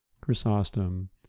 Chrysostom